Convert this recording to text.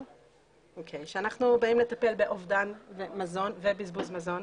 כאשר אנחנו באים לטפל באובדן מזון ובזבוז מזון,